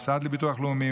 למוסד לביטוח לאומי,